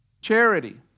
Charity